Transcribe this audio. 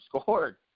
scored